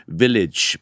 village